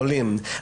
עולים.